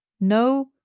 No